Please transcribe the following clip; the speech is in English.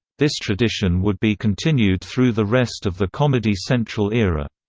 this tradition would be continued through the rest of the comedy central era.